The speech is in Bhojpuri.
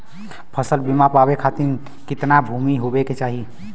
फ़सल बीमा पावे खाती कितना भूमि होवे के चाही?